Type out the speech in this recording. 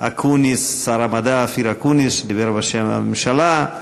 אקוניס, שר המדע אופיר אקוניס, שדיבר בשם הממשלה,